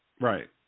Right